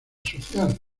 social